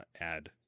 add